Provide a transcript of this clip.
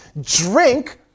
drink